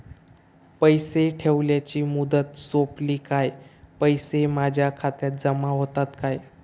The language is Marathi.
पैसे ठेवल्याची मुदत सोपली काय पैसे माझ्या खात्यात जमा होतात काय?